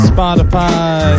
Spotify